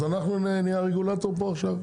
אז אנחנו נהיה הרגולטור פה עכשיו?